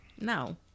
No